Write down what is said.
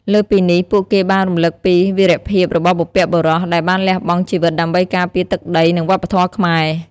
លើសពីនេះ ពួកគេបានរំលឹកពី វីរភាពរបស់បុព្វបុរស ដែលបានលះបង់ជីវិតដើម្បីការពារទឹកដី និងវប្បធម៌ខ្មែរ។